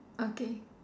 okay